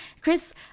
Chris